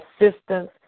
assistance